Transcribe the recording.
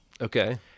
Okay